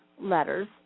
letters